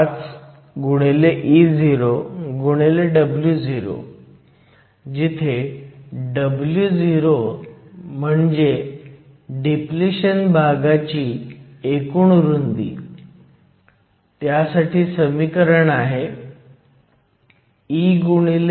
5 Eo Wo जिथे Wo म्हणजे depletion भागाचू एकूण रुंदी त्यासाठी समीकरण आहे eNANAWo22εNAND